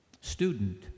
student